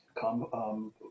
come